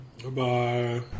Bye-bye